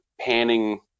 panning